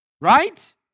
Right